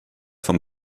vom